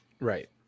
Right